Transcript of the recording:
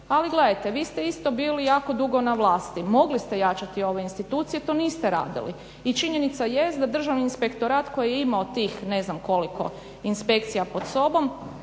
Ali gledajte, vi ste isto bili jako dugo na vlastiti, mogli ste jačati ove institucije, to niste radili. I činjenica jest da Državni inspektorat koji je imao tih ne znam koliko inspekcija pod sobom